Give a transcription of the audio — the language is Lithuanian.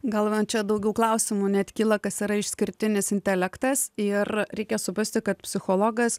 gal man čia daugiau klausimų net kyla kas yra išskirtinis intelektas ir reikia suprasti kad psichologas